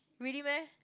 really meh